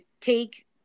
take